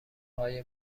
های